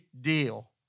deal